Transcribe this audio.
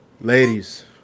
Ladies